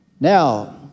Now